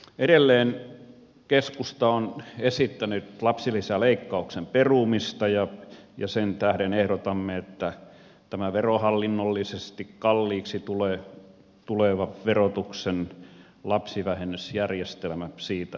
edelleen keskusta on esittänyt lapsilisäleikkauksen perumista ja sen tähden ehdotamme että tästä verohallinnollisesti kalliiksi tulevasta verotuksen lapsivähennysjärjestelmästä luovuttaisiin